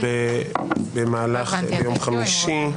ביום חמישי,